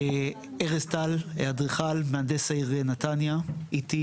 ארז טל, אדריכל ומהנדס העיר נתניה, איתי